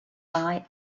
thai